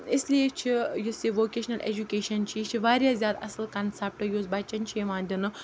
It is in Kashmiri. اِسلیے چھِ یُس یہِ ووکیشنَل ایجوکیشَن چھِ یہِ چھِ واریاہ زیادٕ اَصٕل کَنسَپٹ یُس بَچَن چھِ یِوان دِنہٕ